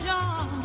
John